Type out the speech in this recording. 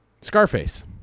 Scarface